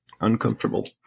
Uncomfortable